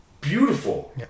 beautiful